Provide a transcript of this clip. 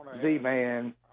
Z-Man